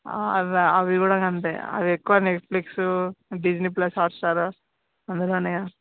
అవ్వా అవి కూడా అంతే అవి ఎక్కువ నెట్ఫ్లిక్సు డిస్నీ ప్లస్ హాట్స్టార్ అందులోనే